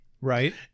Right